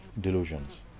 delusions